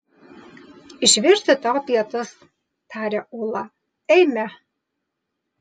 išvirsiu tau pietus taria ūla eime